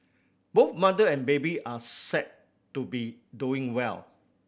both mother and baby are said to be doing well